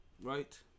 right